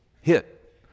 hit